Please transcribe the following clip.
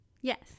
Yes